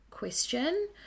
question